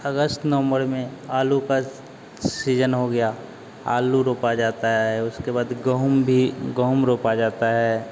अगस्त नवम्बर में आलू पज सीजन हो गया आलू रोपा जाता है उसके बाद गेहूँ भी गेहूँ रोपा जाता है